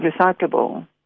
recyclable